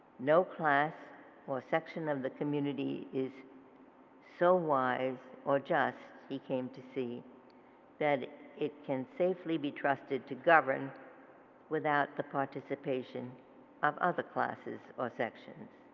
no class or section of the community is so wise or just he came to see that it can safely be trusted to govern without the participation of other classes or sections.